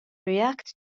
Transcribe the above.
react